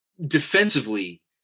defensively